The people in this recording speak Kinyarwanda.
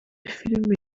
filime